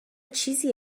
چیزی